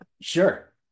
sure